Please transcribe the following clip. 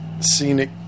scenic